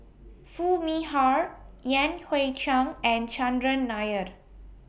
Foo Mee Har Yan Hui Chang and Chandran Naired